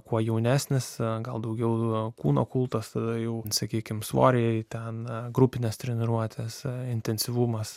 kuo jaunesnis gal daugiau kūno kultas jau sakykime svoriai ten grupinės treniruotės intensyvumas